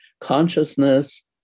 consciousness